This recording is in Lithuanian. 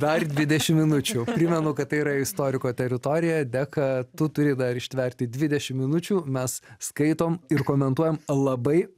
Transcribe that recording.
dar dvidešimt minučių primenu kad tai yra istoriko teritorija deka tu turi dar ištverti dvidešimt minučių mes skaitom ir komentuojam labai